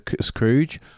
Scrooge